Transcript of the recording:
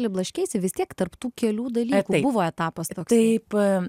truputėlį blaškeisi vis tiek tarp tų kelių dalykų buvo etapas toks